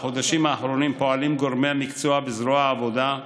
בחודשים האחרונים פועלים גורמי המקצוע בזרוע העבודה,